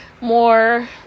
more